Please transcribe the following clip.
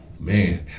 Man